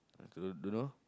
don't don't know